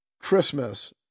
Christmas